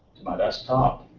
my desktop.